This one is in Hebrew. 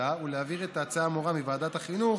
ולהעביר את ההצעה האמורה מוועדת החינוך,